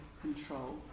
control